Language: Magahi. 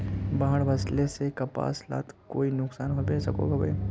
बाढ़ वस्ले से कपास लात कोई नुकसान होबे सकोहो होबे?